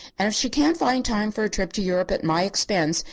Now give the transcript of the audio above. and if she can't find time for a trip to europe at my expense,